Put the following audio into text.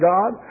God